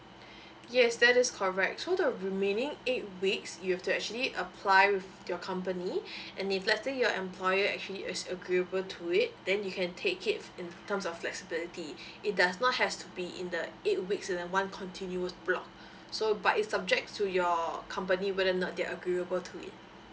yes that is correct so the remaining eight weeks you've to actually apply with your company and if let's say your employer actually is agreeable to it then you can take it in terms of flexibility it does not has to be in the eight weeks in a one continuous block so but it's subject to your company whether or not they are agreeable to it